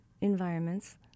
environments